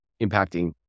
impacting